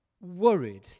worried